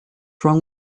wrong